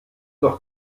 doch